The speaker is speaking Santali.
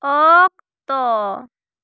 ᱚᱠᱛᱚ